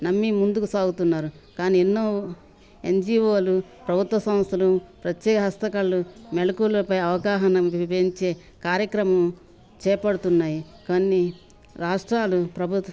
నమ్మిీ ముందుకు సాగుతున్నారు కానీ ఎన్నో ఎన్జిఓలు ప్రభుత్వ సంస్థలు ప్రత్యేక హస్తకళ్ళ మెలుకువలపై అవగాహన నిర్వహించే కార్యక్రమం చేపడుతున్నాయి కొన్ని రాష్ట్రాలు ప్రభుత్